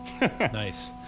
Nice